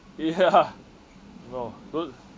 ya no good